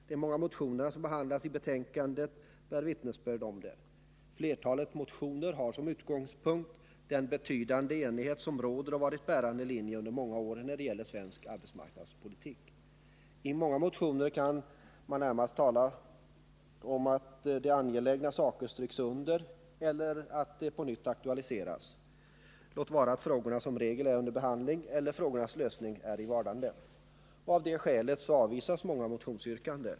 De många motioner som behandlas i betänkandet bär vittnesbörd om det. Flertalet motioner har som utgångspunkt den betydande enighet som råder och som varit en bärande linje under många år när det gäller svensk arbetsmarknadspolitik. Beträffande många motioner kan man närmast säga att det är angelägna saker som stryks under eller på nytt aktualiseras — låt vara att frågorna som regel är under beredning eller att frågornas lösning är i vardande. Av det skälet avvisas många motionsyrkanden.